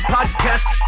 Podcast